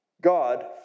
God